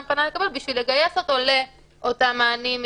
פנה לקבל בשביל לגייס אותו לאותם מענים,